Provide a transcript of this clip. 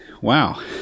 Wow